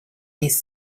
these